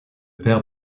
père